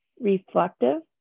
reflective